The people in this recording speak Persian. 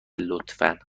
لطفا